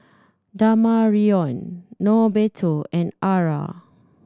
Damarion Norberto and Arra